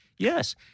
Yes